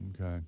Okay